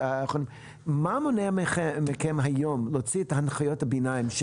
מה מונע מכם היום להוציא את הנחיות הביניים?